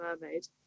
mermaid